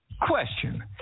Question